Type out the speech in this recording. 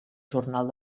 jornal